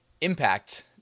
Impact